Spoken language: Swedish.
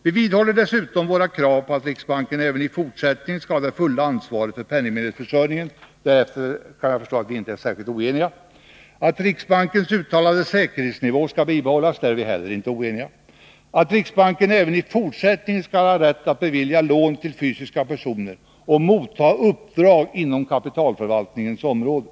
Vi vidhåller dessutom våra krav på att riksbanken även i fortsättningen skall ha det fulla ansvaret för penningmedelsförsörjningen — såvitt jag förstår är vi inte särskilt oeniga om den saken —, att riksbankens uttalade säkerhetsnivå skall bibehållas — inte heller på den punkten är vi oeniga —, att riksbanken även i fortsättningen skall ha rätt att bevilja lån till fysiska personer och motta uppdrag inom kapitalförvaltningens område.